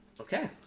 okay